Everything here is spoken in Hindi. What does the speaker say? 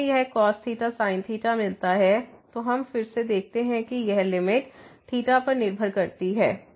तो हमें यह cos ϴ sin ϴ मिलता है तो हम फिर से देखते हैं कि यह लिमिट ϴ पर निर्भर करती है